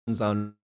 on